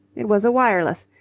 it was a wireless,